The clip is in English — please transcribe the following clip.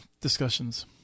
discussions